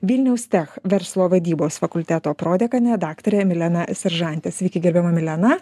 vilnius tech verslo vadybos fakulteto prodekanę daktarę mileną seržantę sveiki gerbiama milena